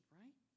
right